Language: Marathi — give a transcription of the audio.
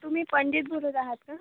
तुम्ही पंडित बोलत आहात का